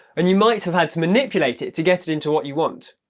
and you might have had manipulate it to get it into what you want.